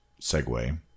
segue